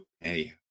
hey